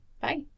Bye